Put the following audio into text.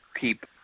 keep